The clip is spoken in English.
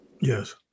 Yes